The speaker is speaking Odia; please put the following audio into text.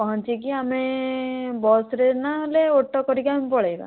ପହଁଞ୍ଚିକି ଆମେ ବସରେ ନହେଲେ ଅଟୋ କରିକି ଆମେ ପଳେଇବା